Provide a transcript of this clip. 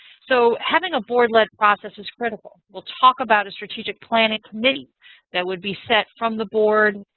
so having a board led process is critical. we'll talk about a strategic planning committee that would be set from the board,